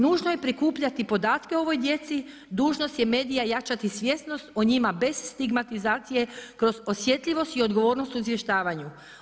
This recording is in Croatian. Nužno je prikupljati podatke o ovoj djeci, dužnost je medija jačati svjesnost o njima bez stigmatizacije kroz osjetljivost i odgovornost u izvještavanju.